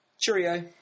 Cheerio